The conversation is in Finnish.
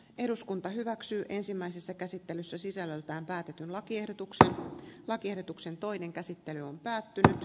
eduskunta hyväksyy ensimmäisessä käsittelyssä sisällöltään päätetyn lakiehdotuksensa lakiehdotuksen toinen käsittely on päättynyt